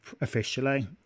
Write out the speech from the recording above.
officially